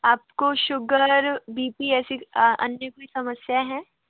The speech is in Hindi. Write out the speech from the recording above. आप को शुगर बी पी ऐसी अन्य कोई समस्या है